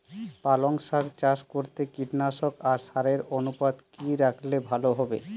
পালং শাক চাষ করতে কীটনাশক আর সারের অনুপাত কি রাখলে ভালো হবে?